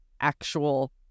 actual